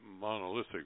monolithic